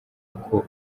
uko